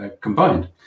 combined